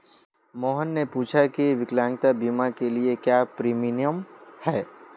मोहन ने पूछा की विकलांगता बीमा के लिए क्या प्रीमियम है?